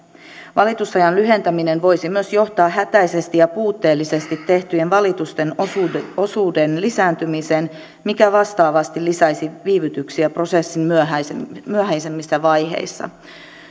valitusajan lyhentäminen voisi myös johtaa hätäisesti ja puutteellisesti tehtyjen valitusten osuuden osuuden lisääntymiseen mikä vastaavasti lisäisi viivytyksiä prosessin myöhäisemmissä myöhäisemmissä vaiheissa